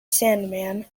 sandman